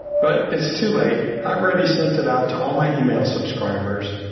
but it's too late. i've already sent it out to all my email subscribers,